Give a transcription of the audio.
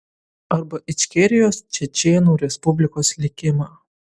arba ičkerijos čečėnų respublikos likimą